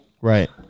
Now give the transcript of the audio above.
Right